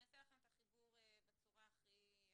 אני אעשה לכם את החיבור בצורה הכי פשוטה.